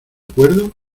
acuerdo